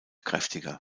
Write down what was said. kräftiger